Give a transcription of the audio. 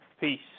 Peace